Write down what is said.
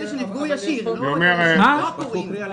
אלה שנפגעו באופן ישיר, אבל לא הפורעים.